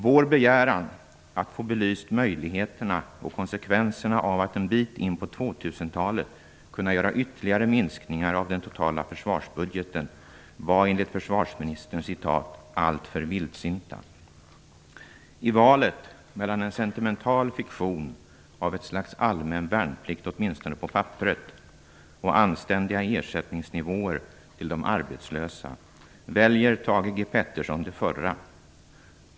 Vår begäran att få belyst möjligheterna och konsekvenserna av att en bit in på 2000-talet kunna göra ytterligare minskningar av den totala försvarsbudgeten, var enligt försvarsministern "alltför vildsinta". I valet mellan en sentimental fiktion av ett slags allmän värnplikt, åtminstone på papperet, och anständiga ersättningsnivåer till de arbetslösa väljer Thage G Peterson det förra.